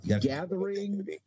Gathering